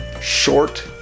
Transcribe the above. short